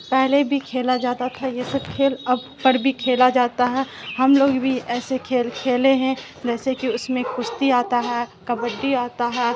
پہلے بھی کھیلا جاتا تھا یہ سب کھیل اب پر بھی کھیلا جاتا ہے ہم لوگ بھی ایسے کھیل کھیلے ہیں جیسے کہ اس میں کشتی آتا ہے کبڈی آتا ہے